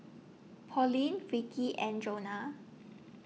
Pauline Ricky and Jonah